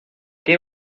que